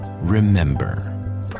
remember